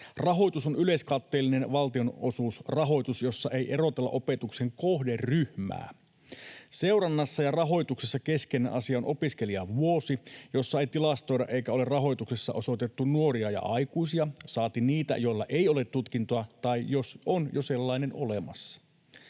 Rahoitus on yleiskatteellinen valtionosuusrahoitus, jossa ei erotella opetuksen kohderyhmää. Seurannassa ja rahoituksessa keskeinen asia on opiskelijavuosi, jossa ei tilastoida eikä ole rahoituksessa osoitettu nuoria ja aikuisia, saati niitä, joilla ei ole tutkintoa tai on jo sellainen olemassa.